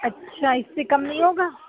اچھا اِس سے کم نہیں ہوگا